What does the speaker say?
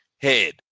head